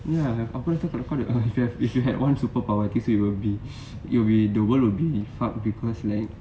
ya aku rasa kalau kau ada if you have if you had one superpower I think so it will be will be the world will be fuck because like